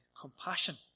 compassion